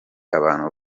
abantu